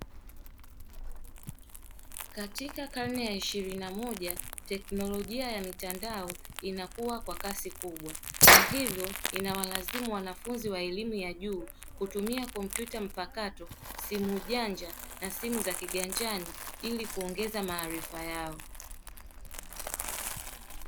Katika karne ya 21 teknolojia ya mitandao inakua kwa kasi kubwa na hivyo inawalazimu wanafunzi wa elimu ya juu kutumia kompyuta mpakato, simu janja na simu za kiganjani ili kuongeza maarifa yao.